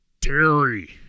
Terry